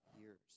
years